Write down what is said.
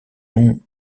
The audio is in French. nom